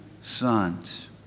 sons